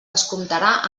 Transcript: descomptarà